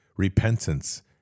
repentance